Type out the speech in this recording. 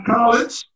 College